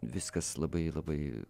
viskas labai labai